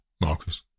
Marcus